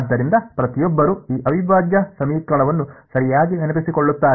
ಆದ್ದರಿಂದ ಪ್ರತಿಯೊಬ್ಬರೂ ಈ ಅವಿಭಾಜ್ಯ ಸಮೀಕರಣವನ್ನು ಸರಿಯಾಗಿ ನೆನಪಿಸಿಕೊಳ್ಳುತ್ತಾರೆ